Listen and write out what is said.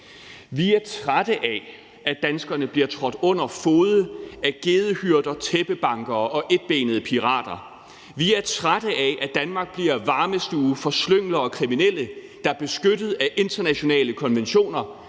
Vi er trætte af, at danskerne bliver trådt under fode af gedehyrder, tæppebankere og etbenede pirater. Vi er trætte af, at Danmark bliver varmestue for slyngler og kriminelle, der er beskyttet af internationale konventioner,